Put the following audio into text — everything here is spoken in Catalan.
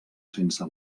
sense